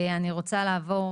אני רוצה לעבור